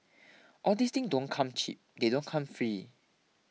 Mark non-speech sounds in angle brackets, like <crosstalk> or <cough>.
<noise> all these thing don't come cheap they don't come free